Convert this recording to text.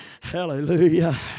Hallelujah